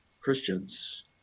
Christians